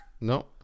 No